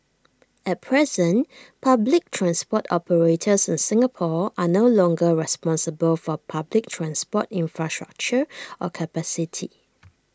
at present public transport operators in Singapore are no longer responsible for public transport infrastructure or capacity